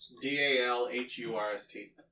D-A-L-H-U-R-S-T